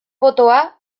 potoa